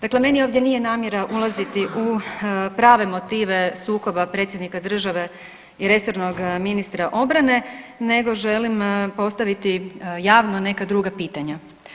Dakle, meni ovdje nije namjera ulaziti u prave motive sukoba predsjednika države i resornog ministra obrane nego želim postaviti javno neka druga pitanja.